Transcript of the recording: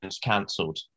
cancelled